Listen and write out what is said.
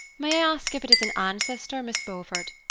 may i ask if it is an ancestor, miss beaufort?